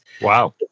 Wow